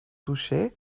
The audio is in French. touchet